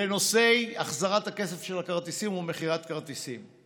בנושא החזרת הכסף של הכרטיסים ומכירת כרטיסים.